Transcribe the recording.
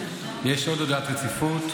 יש עוד הודעה על החלת דין רציפות.